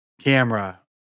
Camera